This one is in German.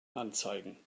anzeigen